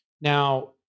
Now